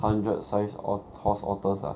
hundred size ot~ horse otters lah